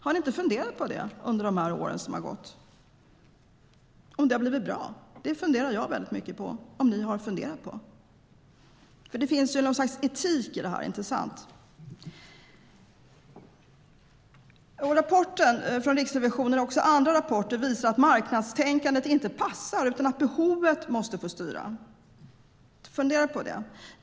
Har ni inte funderat på under de år som gått om det har blivit bra? Det funderar jag väldigt mycket på om ni har funderat på. Det finns något slags etik i detta, inte sant? Rapporten från Riksrevisionen och också andra rapporter visar att marknadstänkandet inte passar utan att behovet måste få styra. Fundera på det.